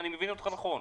אני מבין אותך נכון?